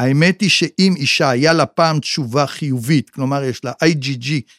האמת היא שאם אישה היה לה פעם תשובה חיובית, כלומר, יש לה IGG